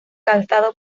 calzado